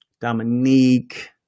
Dominique